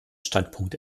standpunkt